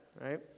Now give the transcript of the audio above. right